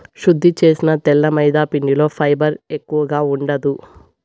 శుద్ది చేసిన తెల్ల మైదాపిండిలో ఫైబర్ ఎక్కువగా ఉండదు